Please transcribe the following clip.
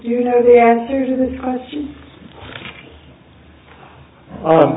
you know the answer to this question